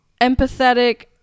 empathetic